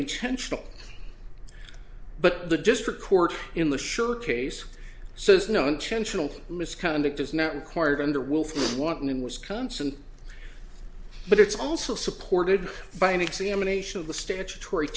intentional but the district court in the sure case says no intentional misconduct is not required under wolf walking in wisconsin but it's also supported by an examination of the statutory